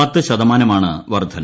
പത്ത് ശതമാനമാണ് വർധന